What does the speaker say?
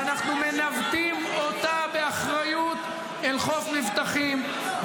ואנחנו מנווטים אותה באחריות אל חוף מבטחים,